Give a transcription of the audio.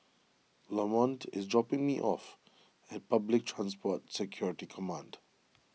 Lamont is dropping me off at Public Transport Security Command